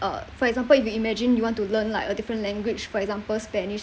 uh for example if you imagine you want to learn like a different language for example spanish